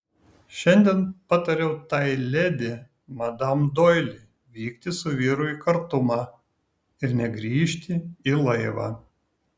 šiandien patariau tai ledi madam doili vykti su vyru į kartumą ir negrįžti į laivą